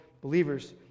believers